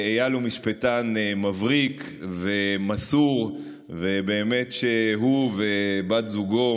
איל הוא משפטן מבריק ומסור, ובאמת שהוא ובת זוגו